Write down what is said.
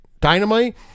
Dynamite